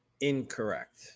Incorrect